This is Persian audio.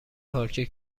پارکی